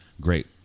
great